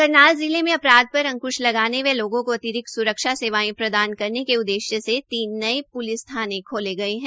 करनाल जिले मे अपराध पर अकृंश लगाने व लोगों को अतिरिक्त स्रक्षा सेवायें प्रदान करने के उद्देश्य से तीन नये प्लिस थाने खोले गये है